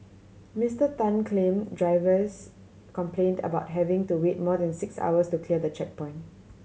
Mister Tan claim drivers complained about having to wait more than six hours to clear the checkpoint